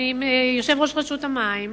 מיושב-ראש רשות המים,